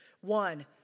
One